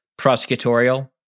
prosecutorial